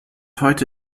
heute